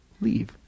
leave